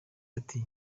ati